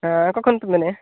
ᱦᱮᱸ ᱚᱠᱟ ᱠᱷᱚᱱ ᱯᱮ ᱢᱮᱱᱮᱫᱼᱟ